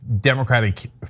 Democratic